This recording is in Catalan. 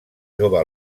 jove